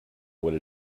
what